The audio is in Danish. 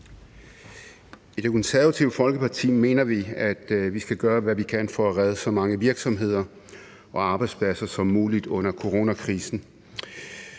I Det Konservative Folkeparti mener vi, at vi skal gøre, hvad vi kan for at redde så mange virksomheder og arbejdspladser som muligt under coronakrisen.